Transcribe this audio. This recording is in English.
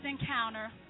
encounter